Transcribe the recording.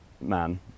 man